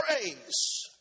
praise